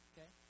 Okay